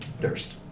Durst